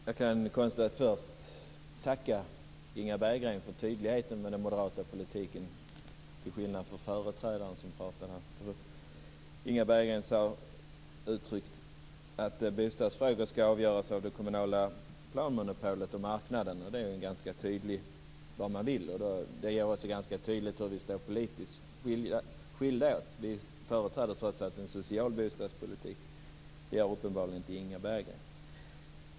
Fru talman! Jag kan först tacka Inga Berggren för tydligheten i fråga om den moderata politiken - till skillnad från den som talade före henne. Inga Berggren sade uttryckligen att bostadsfrågor skall avgöras av det kommunala planmonopolet och av marknaden. Det är ganska tydligt vad ni vill, och det gör det också ganska tydligt hur vi skiljer oss åt politiskt. Vi företräder trots allt en social bostadspolitik. Det gör uppenbarligen inte Inga Berggren.